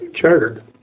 chartered